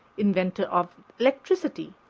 inventor of electricity.